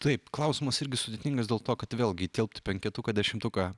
taip klausimus irgi sudėtingas dėl to kad vėlgi įtilpt į penketuką dešimtuką